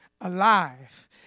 alive